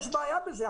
יש בעיה בזה.